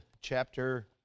chapter